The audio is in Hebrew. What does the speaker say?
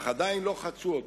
אך עדיין לא חצו אותו.